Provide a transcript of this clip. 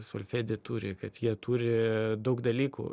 solfedį turi kad jie turi daug dalykų